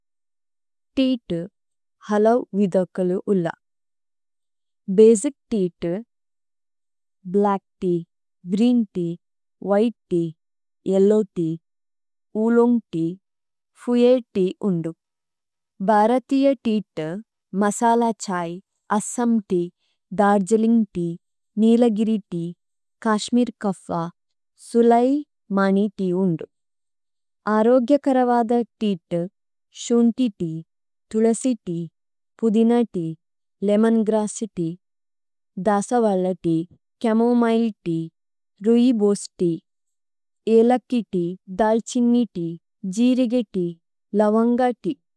തിഏതു ഹലവ് വിദകലു ഉല്ല, ബസിച് തിഏതു, black tea, green tea, white tea, yellow tea. Oolong tea, ഫുയേ തേഅ ഊന്ദു। ഭ്ഹരതിയ തിഏതു, masala chai, Assam tea, Darjeeling tea, Nilgiri tea, Kashmir കഫ, സുലൈ മനി തേഅ ഊന്ദു। അരോഗ്യ കരവദ തിഏതു, ശുന്തി തേഅ, തുലസി തേഅ, പുദിനതി, ലേമോന് ഗ്രസ്സ് തേഅ, ദസ വലതി, ഛമോമിലേ തേഅ, രുഇബോസ് തേഅ, ഏലക്കി തേഅ, ദല്ഛിന്നി തേഅ, ജീരികേതി, ലവന്ഗതി।